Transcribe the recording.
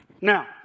Now